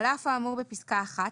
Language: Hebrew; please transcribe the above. (2) על אף האמור בפסקה (1),